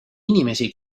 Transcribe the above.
inimesi